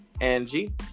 Angie